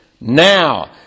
now